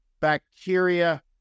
bacteria